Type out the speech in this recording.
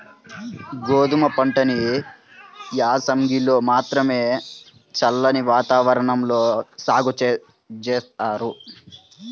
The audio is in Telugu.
గోధుమ పంటని యాసంగిలో మాత్రమే చల్లటి వాతావరణంలో సాగు జేత్తారు